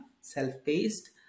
self-paced